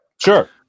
Sure